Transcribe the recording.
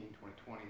2020